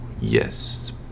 Yes